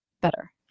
better